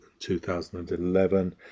2011